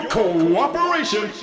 cooperation